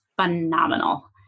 phenomenal